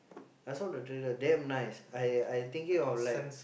I saw the trailer damn nice I I thinking of like